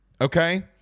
okay